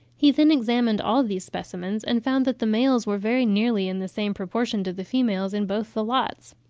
he then examined all these specimens, and found that the males were very nearly in the same proportion to the females in both the lots.